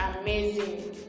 amazing